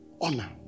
Honor